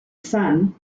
son